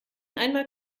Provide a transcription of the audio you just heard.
einmal